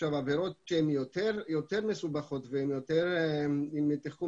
עבירות שהן יותר מסובכות והן עם תחכום